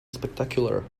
spectacular